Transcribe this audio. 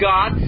God